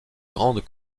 grandes